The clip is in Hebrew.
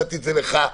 לך,